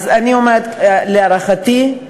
אז אני אומרת: להערכתי,